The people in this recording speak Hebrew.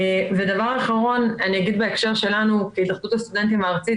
דבר אחרון אני אגיד בהקשר שלנו כהתאחדות הסטודנטים הארצית.